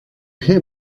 hit